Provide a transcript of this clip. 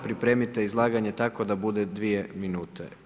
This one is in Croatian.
Pripremite izlaganje, tako da bude 2 minute.